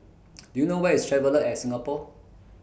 Do YOU know Where IS Traveller At Singapore